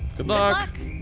good luck.